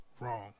wrong